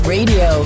Radio